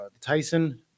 Tyson